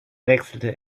wechselte